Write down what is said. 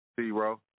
Zero